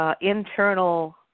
Internal